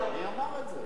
מי אמר את זה?